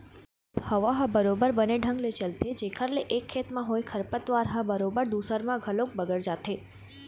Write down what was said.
जब हवा ह बरोबर बने ढंग ले चलथे जेखर ले एक खेत म होय खरपतवार ह बरोबर दूसर म घलोक बगर जाथे